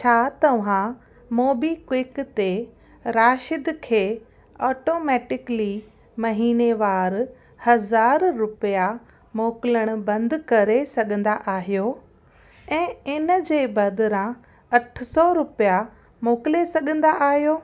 छा तव्हां मोबीक्विक ते राशिद खे ऑटोमैटिकली महीनेवारु हज़ार रुपिया मोकिलणु बंदि करे सघंदा आहियो ऐं इन जे बदिरां अठि सौ रुपिया मोकिले सघंदा आहियो